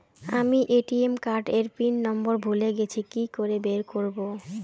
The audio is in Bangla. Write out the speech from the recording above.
আমি এ.টি.এম কার্ড এর পিন নম্বর ভুলে গেছি কি করে বের করব?